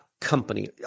company